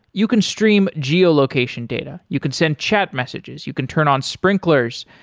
you can stream geo-location data, you can send chat messages, you can turn on sprinklers,